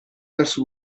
verso